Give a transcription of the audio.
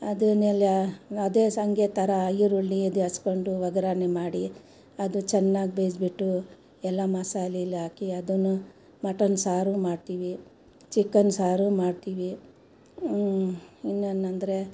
ಅದು ಅದೇ ಶಾವ್ಗೆ ಥರ ಈರುಳ್ಳಿ ಇದು ಹೆಚ್ಕೊಂಡು ಒಗ್ರಣೆ ಮಾಡಿ ಅದು ಚೆನ್ನಾಗಿ ಬೇಯಿಸಿಬಿಟ್ಟು ಎಲ್ಲ ಮಸಾಲೆಲ್ಲಿ ಹಾಕಿ ಅದನ್ನು ಮಟನ್ ಸಾರು ಮಾಡ್ತೀವಿ ಚಿಕನ್ ಸಾರು ಮಾಡ್ತೀವಿ ಇನ್ನೇನೆಂದ್ರೆ